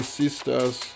sisters